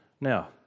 Now